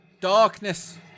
darkness